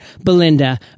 Belinda